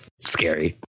scary